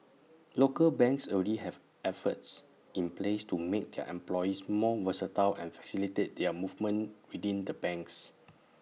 local banks already have efforts in place to make their employees more versatile and facilitate their movements within the banks